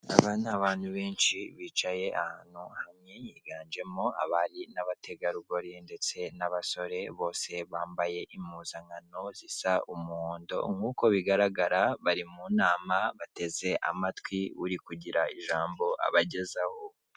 Aba ni abantu benshi bicaye ahantu hamwe, higanjemo abari n'abategarugori ndetse n'abasore bose bambaye impuzankano zisa umuhondo; nk'uko bigaragara bari mu nama, bateze amatwi uri kugira ijambo abagezaho.